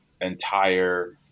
entire